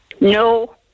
No